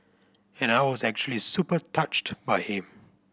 and I was actually super touched by him